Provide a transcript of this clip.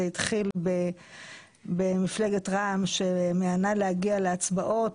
זה התחיל במפלגת רע"מ שמיאנה להגיע להצבעות